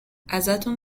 ازتون